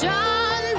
John